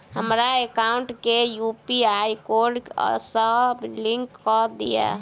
हमरा एकाउंट केँ UPI code सअ लिंक कऽ दिऽ?